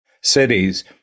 cities